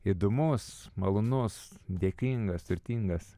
įdomus malonus dėkingas turtingas